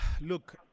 Look